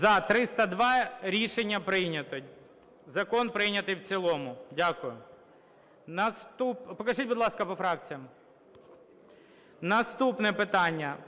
За-302 Рішення прийнято. Закон прийнятий в цілому. Дякую. Покажіть, будь ласка, по фракціях. Наступне питання